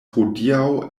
hodiaŭ